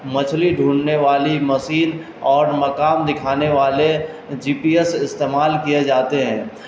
مچھلی ڈھونڈنے والی مسین اور مقام دکھانے والے جی پی ایس استعمال کیے جاتے ہیں